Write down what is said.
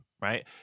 Right